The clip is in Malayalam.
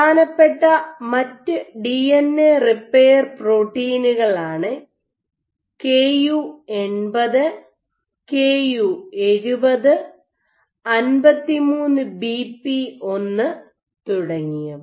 പ്രധാനപെട്ട മറ്റ് ഡിഎൻഎ റിപ്പയർ പ്രോട്ടീനുകളാണ് K U 80 K U 70 53 BP 1 Ku80 Ku70 53BP1 തുടങ്ങിയവ